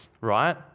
right